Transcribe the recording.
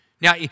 Now